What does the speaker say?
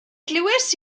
glywais